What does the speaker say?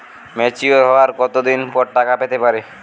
Mature হওয়ার কত দিন পর টাকা পেতে পারি?